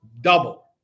Double